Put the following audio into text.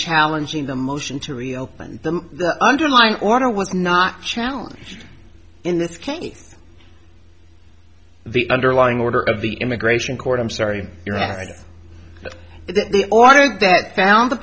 challenging the motion to reopen the underlying order was not challenged in this case the underlying order of the immigration court i'm sorry you're right ordered that found the